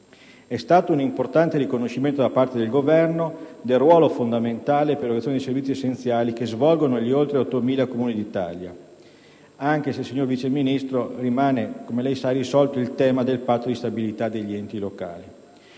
è stato un importante riconoscimento da parte del Governo del ruolo fondamentale per l'erogazione dei servizi essenziali che svolgono gli oltre 8.000 Comuni d'Italia, anche se - come saprà, signor Vice Ministro - rimane irrisolto il tema del Patto di stabilità degli enti locali,